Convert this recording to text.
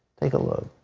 take a look.